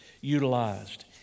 utilized